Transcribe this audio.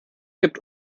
kippt